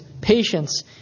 patience